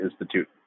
Institute